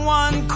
one